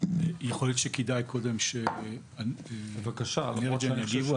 יכול להיות שכדאי קודם שאנרג'יאן יגיבו.